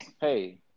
hey